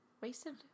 Wasted